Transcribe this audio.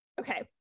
okay